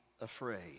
afraid